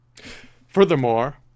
Furthermore